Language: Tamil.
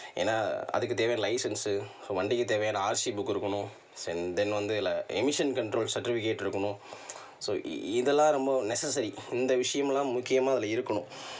ஏன்னால் அதுக்கு தேவையான லைசன்ஸு வண்டிக்கு தேவையான ஆர்சி புக்கு இருக்கணும் சென் தென் வந்து இதில் எமிஷன் கண்ட்ரோல் சர்டிஃபிகேட் இருக்கணும் ஸோ இ இதெல்லாம் ரொம்ப நெஸசரி இந்த விஷயமெல்லாம் முக்கியமாக அதில் இருக்கணும்